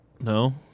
No